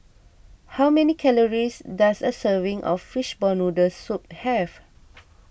how many calories does a serving of Fishball Noodle Soup have